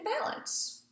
balance